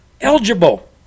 eligible